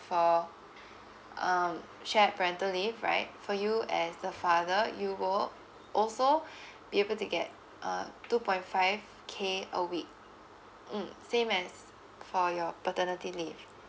for um shared parental leave right for you as the father you will also be able to get uh two point five k a week mm same as for your paternity leave